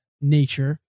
nature